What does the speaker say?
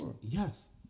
yes